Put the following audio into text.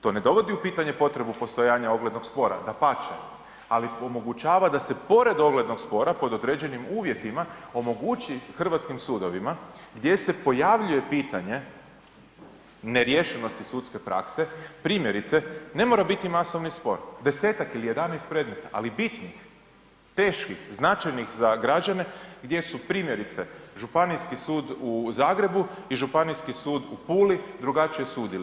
To ne dovodi u pitanju potrebu postojanja oglednog spora, dapače, ali omogućava da se pored oglednog spora, pod određenim uvjetima, omogući hrvatskim sudovima, gdje se pojavljuje pitanje neriješenosti sudske prakse, primjerice ne mora biti masovni spor, 10-tak ili 11 predmeta, ali bitnih, teških, značajnih za građane, gdje su primjerice Županijski sud u Zagrebu i Županijski sud u Puli drugačije sudili.